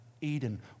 Eden